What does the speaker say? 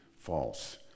false